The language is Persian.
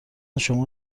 شما